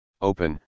open